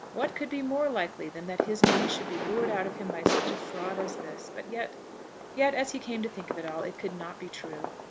what could be more likely than that his money should be lured out of him by such a fraud as this? but yet yet, as he came to think of it all, it could not be true.